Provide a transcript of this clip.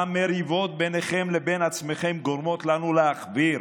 המריבות ביניכם לבין עצמכם גורמות לנו להחוויר.